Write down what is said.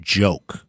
joke